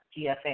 GFA